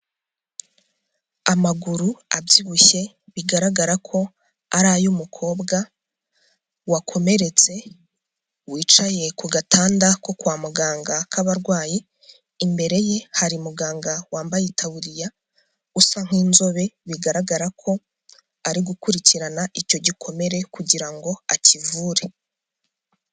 Amaguru abyibushye, bigaragara ko ari ay'umukobwa wakomeretse wicaye ku gatanda ko kwa muganga k'abarwayi, imbere ye hari muganga wambaye itaburiya usa n'inzobe bigaragara ko ari gukurikirana icyo gikomere kugira ngo akivure.